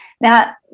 Now